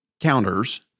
counters